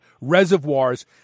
reservoirs